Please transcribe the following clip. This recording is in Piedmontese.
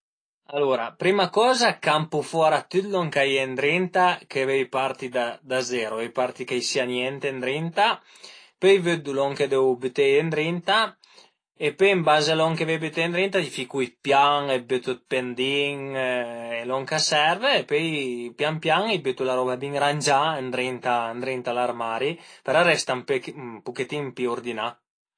Alura prima coza campu fora tüt lon ch'a ie ëndrinta che vöi parti da zeru, vöi parti ch'a i sia niente ëndrinta, pöi vëddu lon che deu büteie ëndrinta e pöi ën baze a lon che vöi büteie ëndrinta i ficu dë pian, i bütu dë pendin, lon ch'a serv e pöi pian pian i bütu la roba bin rangià ëndrinta ëndrinta a l'armari, parei a resta ën puchetin pi urdinà